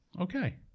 okay